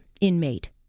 inmate